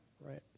right